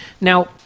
Now